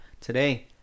today